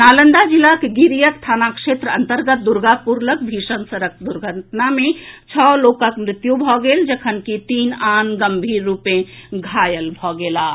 नालंदा जिलाक गिरियक थाना क्षेत्र अंतर्गत दुर्गापुर लऽग भीषण सड़क हादसा मे छओ लोकक मृत्यु भऽ गेल जखनकि तीन आन गंभीर रूपें घायल भऽ गेलाह